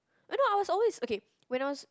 I know I was always okay when I was